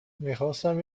میخواستم